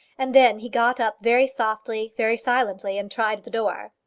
and then he got up very softly, very silently, and tried the door.